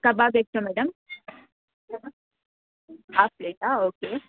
ಕಬಾಬ್ ಎಷ್ಟು madam half ಪ್ಲೇಟಾ okay